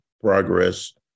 progress